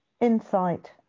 insight